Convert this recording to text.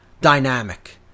dynamic